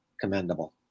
commendable